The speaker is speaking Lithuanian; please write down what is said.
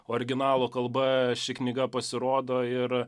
originalo kalba ši knyga pasirodo ir